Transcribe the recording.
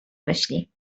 myśli